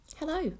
Hello